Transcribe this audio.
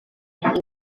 aeth